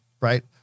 right